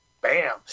Bam